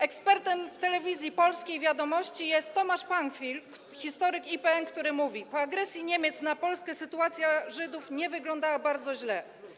Ekspertem Telewizji Polskiej, „Wiadomości” jest Tomasz Panfil, historyk IPN, który mówi: Po agresji Niemiec na Polskę sytuacja Żydów nie wyglądała bardzo źle.